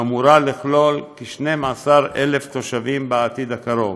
שאמורים להיכלל בה כ-12,000 תושבים בעתיד הקרוב.